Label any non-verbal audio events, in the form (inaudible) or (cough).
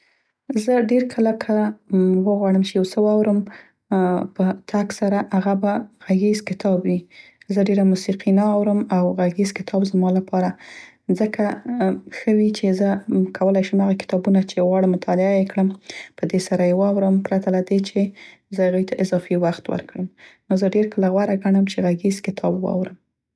ښه وي، (hesitation) په تګ سره، هغه به غږیز کتاب وي. زه ډیره موسیقي نه اورم او غږیز کتاب زما د پاره ځکه (hesitation) وغواړم چې یو څه واورم (hesitation) زه ډير کله که کولای شم هغه کتابونه چې غواړم مطالعه یې کړم، په دې سره یې واورم، پرته له دې چې زه هغوی ته اضافي وخت ورکړم. (hesitation) چې زه نو زه ډير کله غوره ګڼم چې غږیز کتاب واورم.